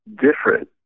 different